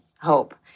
hope